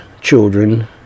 children